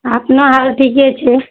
अपना हाल ठिके छै